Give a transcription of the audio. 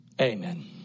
amen